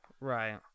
Right